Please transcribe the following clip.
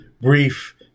brief